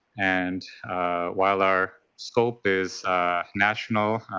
and while our scope is national,